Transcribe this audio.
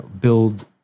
build